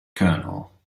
colonel